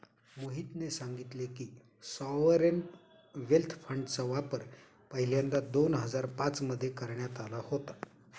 मोहितने सांगितले की, सॉवरेन वेल्थ फंडचा वापर पहिल्यांदा दोन हजार पाच मध्ये करण्यात आला होता